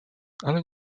ale